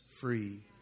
free